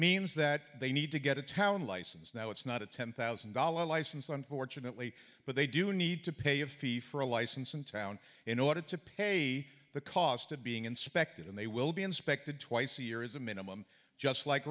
means that they need to get a town license now it's not a ten thousand dollar license unfortunately but they do need to pay a fee for a license in town in order to pay the cost of being inspected and they will be inspected twice a year is a minimum just like